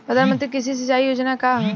प्रधानमंत्री कृषि सिंचाई योजना का ह?